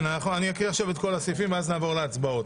אקריא את יתר הסעיפים ואז נעבור להצבעות.